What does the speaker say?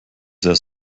sehr